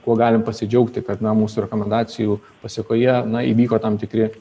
kuo galim pasidžiaugti kad na mūsų rekomendacijų pasekoje na įvyko tam tikri